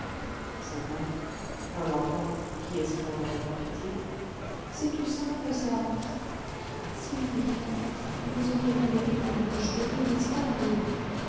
c'est vrai un enfant qui est-ce qui n'en aurait pas pitié c'est tout simple ça s'il avait faim vous vous ôteriez le pain de la bouche pour lui n'est-ce pas la louve